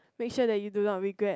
make sure that you do not regret